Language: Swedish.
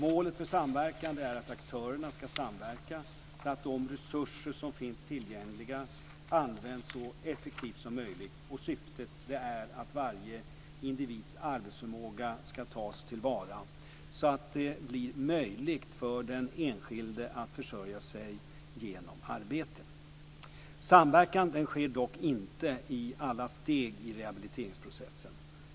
Målet för samverkan är att aktörerna ska samverka så att de resurser som finns tillgängliga används så effektivt som möjligt. Syftet är att varje individs arbetsförmåga ska tas till vara så att det blir möjligt för den enskilde att försörja sig genom arbete. Samverkan sker dock inte i alla steg i rehabiliteringsprocessen.